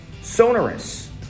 Sonorous